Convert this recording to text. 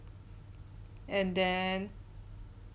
and then